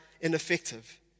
ineffective